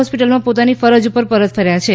હોસ્પિટલમાં પોતાની ફરજ ઉપર પરત ફર્યા છે